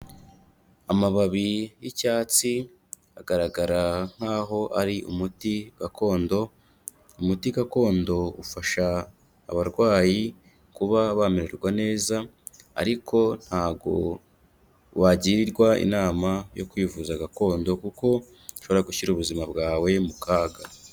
Amababi y'icyatsi agaragara nkaho ari umuti gakondo, umuti gakondo ufasha abarwayi kuba bamererwa neza ariko ntabwo wagirwa inama yo kwivuza gakondo kuko ushobora gushyira ubuzima bwawe mu kaga.